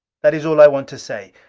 that is all i want to say.